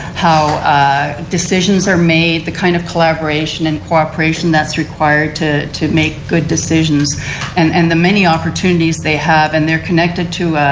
how decisions are made. the kind of collaboration and cooperation that is so required to to make good decisions and and the many opportunities they have and they're connected to